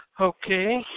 Okay